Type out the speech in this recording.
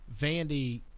Vandy